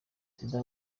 perezida